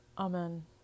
Amen